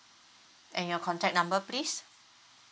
and your contact number please